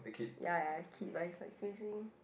ya ya ya a kid but is like facing